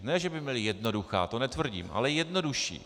Ne že by měli jednoduchá, to netvrdím, ale jednodušší.